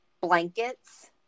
Blankets